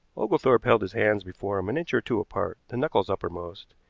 oglethorpe held his hands before him an inch or two apart, the knuckles uppermost.